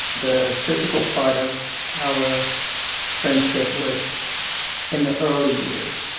the physical part of our friendship was in the early years.